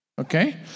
Okay